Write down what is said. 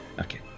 Okay